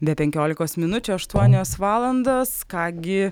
be penkiolikos minučių aštuonios valandos ką gi